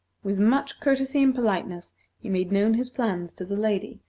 with much courtesy and politeness he made known his plans to the lady,